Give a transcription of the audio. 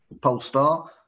Polestar